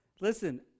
Listen